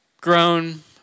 grown